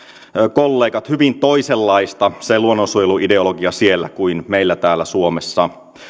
kollegat hyvin toisenlaista se luonnonsuojeluideologia siellä kuin meillä täällä suomessa